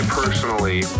personally